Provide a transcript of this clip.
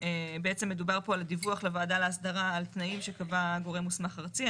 בעצם מדובר פה על דיווח לוועדה להסדרה על תנאים שקבע גורם מוסמך ארצי.